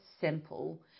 simple